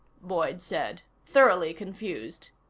boyd said, thoroughly confused.